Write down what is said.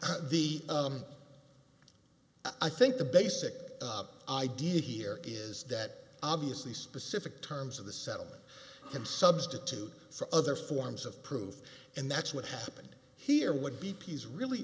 the i think the basic idea here is that obviously specific terms of the settlement can substitute for other forms of proof and that's what happened here would be peace really